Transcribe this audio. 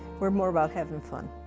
we're more about having fun.